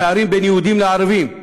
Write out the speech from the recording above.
הפערים בין יהודים לערבים הם